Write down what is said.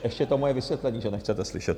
Ještě to moje vysvětlení, že nechcete slyšet.